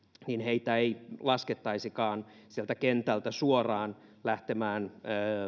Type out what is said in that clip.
ei laskettaisikaan sieltä kentältä suoraan lähtemään